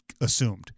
assumed